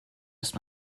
ist